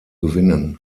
gewinnen